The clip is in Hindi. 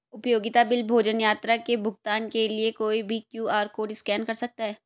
उपयोगिता बिल, भोजन, यात्रा के भुगतान के लिए कोई भी क्यू.आर कोड स्कैन कर सकता है